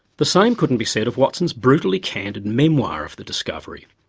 the same couldn't be said of watson's brutally candid memoir of the discovery.